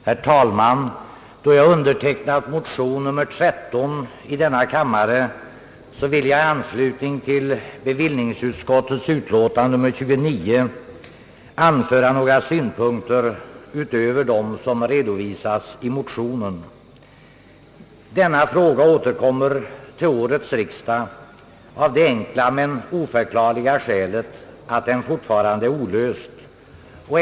Herr talman! Då jag undertecknat motionen I: 13 vill jag i anslutning till bevillningsutskottets betänkande nr 29 anföra några synpunkter utöver dem som har redovisats i motionen. Denna fråga återkommer till årets riksdag av det enkla — men oförklarliga — skälet att den fortfarande är olöst.